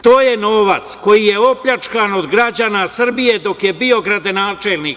To je novac koji je opljačkan od građana Srbije dok je bio gradonačelnik.